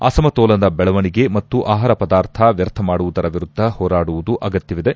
ಅಸಮತೋಲನದ ಬೆಳವಣಿಗೆ ಮತ್ತು ಆಹಾರ ಪದಾರ್ಥ ವ್ಲರ್ಥ ಮಾಡುವುದರ ವಿರುದ್ದ ಹೋರಾಡುವ ಅಗತ್ಯವಿದೆ